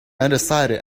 undecided